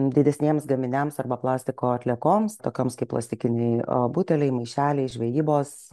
didesniems gaminiams arba plastiko atliekoms tokioms kaip plastikiniai buteliai maišeliai žvejybos